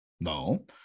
no